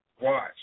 Watch